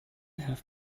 have